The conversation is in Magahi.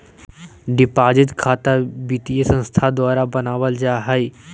डिपाजिट खता वित्तीय संस्थान द्वारा बनावल जा हइ